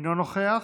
אינו נוכח,